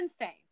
insane